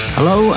Hello